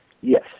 Yes